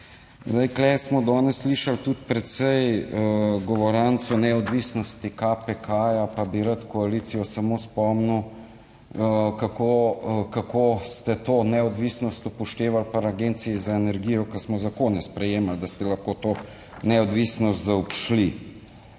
Zdaj, tu smo danes slišali tudi precej govoranc o neodvisnosti KPK, pa bi rad koalicijo samo spomnil, kako, kako ste to neodvisnost upoštevali pri Agenciji za energijo, ko smo zakone sprejemali, da ste lahko to neodvisnost zaobšli.